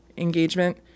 engagement